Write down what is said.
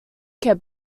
care